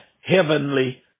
heavenly